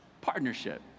Partnership